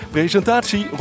Presentatie